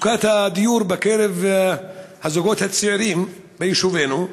מצוקת הדיור בקרב הזוגות הצעירים ביישובינו.